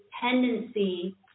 tendency